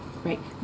right